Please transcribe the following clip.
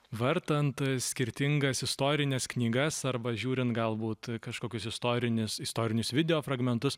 vartant skirtingas istorines knygas arba žiūrint galbūt kažkokius istorinius istorinius videofragmentus